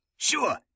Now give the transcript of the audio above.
Sure